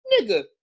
nigga